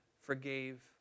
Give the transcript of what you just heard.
forgave